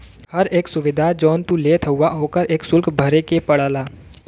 हर एक सुविधा जौन तू लेत हउवा ओकर एक सुल्क भरे के पड़ला